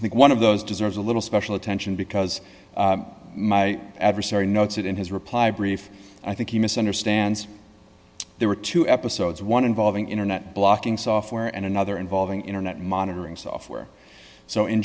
i think one of those deserves a little special attention because my adversary noted in his reply brief i think he misunderstands there were two episodes one involving internet blocking software and another involving internet monitoring software so in